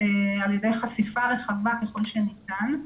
על ידי חשיפה רחבה ככל שניתן,